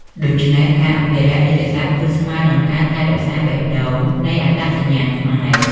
ដូច្នេះ ការអភិរក្សរាជសព្ទគឺស្មើនឹងការថែរក្សាបេះដូងនៃអត្តសញ្ញាណជាតិខ្មែរ។